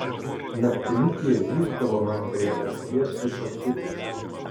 naktimis jie zyzdavo man prie ausies kaip pasiutę